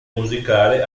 musicale